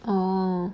orh